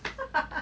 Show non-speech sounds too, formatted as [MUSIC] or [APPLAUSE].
[LAUGHS]